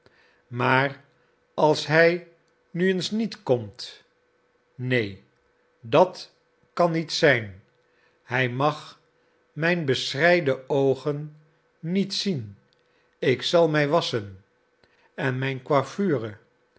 maar als hij nu eens niet komt neen dat kan niet zijn hij mag mijn beschreide oogen niet zien ik zal mij wasschen en mijn coiffure